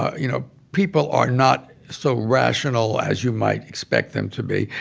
ah you know, people are not so rational as you might expect them to be.